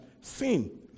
sin